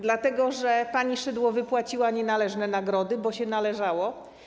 Dlatego że pani Szydło wypłaciła nienależne nagrody, bo się należało.